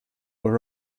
were